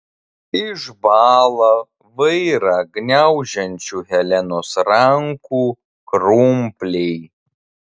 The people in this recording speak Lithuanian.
išbąla vairą gniaužiančių helenos rankų krumpliai